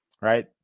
Right